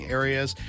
areas